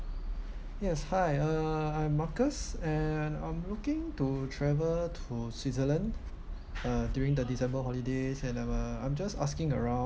yes hi uh I'm marcus and I'm looking to travel to switzerland uh during the december holidays and I were I'm just asking aro~